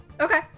Okay